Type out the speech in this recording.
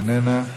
איננה.